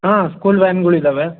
ಹಾಂ ಸ್ಕೂಲ್ ವ್ಯಾನ್ಗಳಿದ್ದಾವೆ